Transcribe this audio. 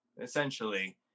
essentially